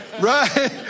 Right